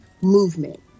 movement